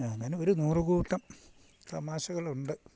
ആ അങ്ങനെ ഒരു ഒരു നൂറുകൂട്ടം തമാശകളുണ്ട്